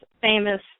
famous